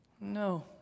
No